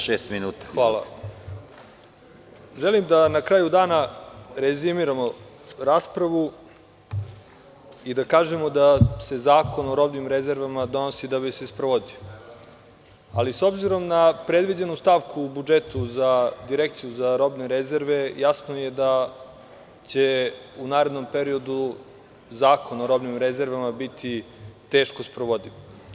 Želim da na kraju dana rezimiramo raspravu i da kažemo da se zakon o robnim rezervama donosi da bi se sprovodio, ali s obzirom na predviđenu stavku u budžetu za Direkciju za robne rezerve, jasno je da će u narednom periodu zakon o robnim rezervama biti teško sprovodiv.